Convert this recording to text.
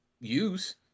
use